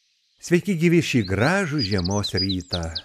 sveiki gyvi šį gražų žiemos rytą